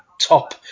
top